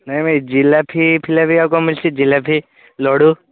ନାହିଁ ଭାଇ ଜିଲାପି ଫିଲାପି ଆଉ କଣ ମିଳୁଛି ଜିଲାପି ଲଡ଼ୁ